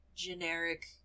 Generic